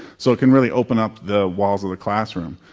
so it can really open up the walls of the classroom.